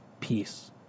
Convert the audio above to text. peace